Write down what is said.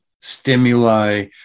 stimuli